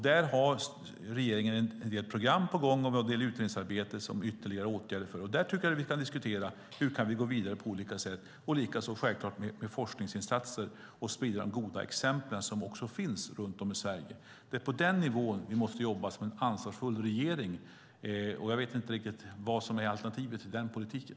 Där har regeringen en del program på gång och en hel del utredningsarbete som ytterligare åtgärder, och vi diskutera hur vi kan gå vidare. Likaså görs forskningsinsatser, och vi måste sprida de goda exempel som finns runt om i Sverige. Det är på den nivån vi måste jobba som en ansvarsfull regering. Jag vet inte riktigt vad som är alternativet till den politiken.